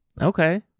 Okay